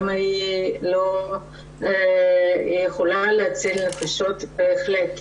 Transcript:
מה שבהחלט יכול להציל נפשות.